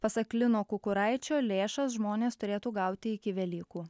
pasak lino kukuraičio lėšas žmonės turėtų gauti iki velykų